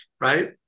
right